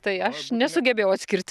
tai aš nesugebėjau atskirt